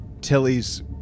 Tilly's